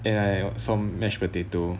and I saw mashed potato